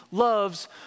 Loves